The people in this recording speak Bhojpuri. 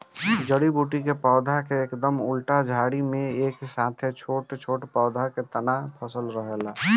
जड़ी बूटी के पौधा के एकदम उल्टा झाड़ी में एक साथे छोट छोट पौधा के तना फसल रहेला